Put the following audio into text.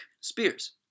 spears